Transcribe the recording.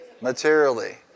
materially